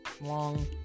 long